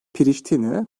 priştine